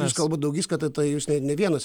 aš kalbu daugiskaita tai jūs ne vienas